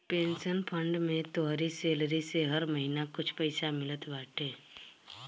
pension fund में तोहरी salary से हर महिना कुछ पईसा मिलत बाटे